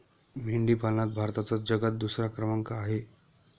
मेंढी पालनात भारताचा जगात दुसरा क्रमांक आहे